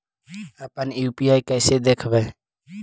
अपन यु.पी.आई कैसे देखबै?